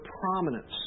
prominence